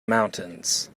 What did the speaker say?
mountains